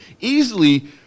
easily